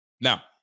Now